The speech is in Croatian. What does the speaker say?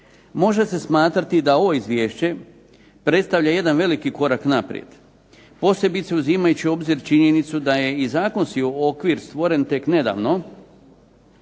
Može se smatrati da ovo izvješće predstavlja jedan veliki korak naprijed, posebice uzimajući u obzir činjenicu da je i zakonski okvir stvoren tek nedavno,